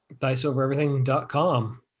Diceovereverything.com